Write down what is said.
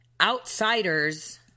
outsiders